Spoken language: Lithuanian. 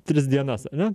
tris dienas ar ne